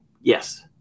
Yes